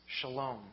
shalom